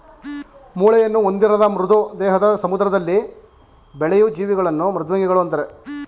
ಮೂಳೆಯನ್ನು ಹೊಂದಿರದ ಮೃದು ದೇಹದ ಸಮುದ್ರದಲ್ಲಿ ಬೆಳೆಯೂ ಜೀವಿಗಳನ್ನು ಮೃದ್ವಂಗಿಗಳು ಅಂತರೆ